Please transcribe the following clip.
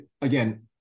again